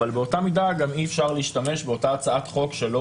אבל באותה מידה גם אי אפשר להשתמש באותה הצעת חוק שלא